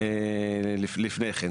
לפני כן.